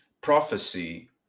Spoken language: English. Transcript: prophecy